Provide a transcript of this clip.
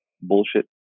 bullshit